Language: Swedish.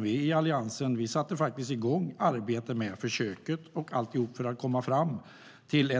Vi i Alliansen satte igång arbetet med försöket för att komma fram till